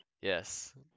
Yes